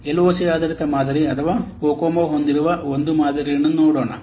L O C ಆಧಾರಿತ ಮಾದರಿ ಅಥವಾ ಕೊಕೊಮೊ ಹೊಂದಿರುವ ಒಂದು ಮಾದರಿಯನ್ನು ನೋಡೋಣ